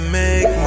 make